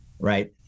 right